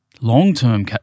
long-term